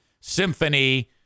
symphony